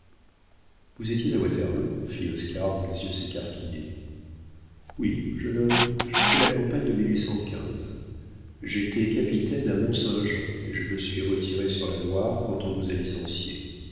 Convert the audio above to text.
vous étiez à waterloo fit oscar dont les yeux s'écarquillaient oui jeune homme j'ai fait la campagne de j'étais capitaine à mont-saint-jean et je me suis retiré sur la loire quand on nous a licenciés